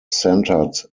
centred